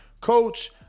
coach